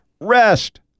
rest